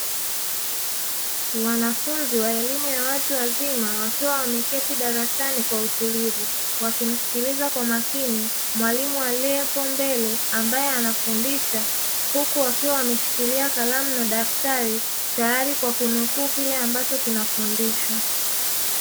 Wanafunzi wa elimu ya watu wazima wakiwa wameketi darasani kwa utulivu, wakimsikiliza kwa makini mwalimu aliyepo mbele ambaye anafundisha; huku wakiwa wameshikilia kalamu na daftari, tayari kwa kunukuu kile ambacho kinafundishwa.